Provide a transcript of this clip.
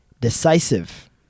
Decisive